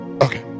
okay